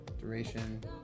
duration